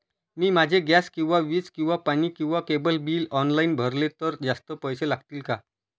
मी माझे गॅस किंवा वीज किंवा पाणी किंवा केबल बिल ऑनलाईन भरले तर जास्त पैसे लागतील का?